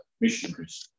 missionaries